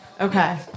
okay